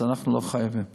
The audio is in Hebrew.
אז אנחנו לא חייבים.